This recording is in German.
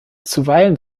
zuweilen